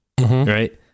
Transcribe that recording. right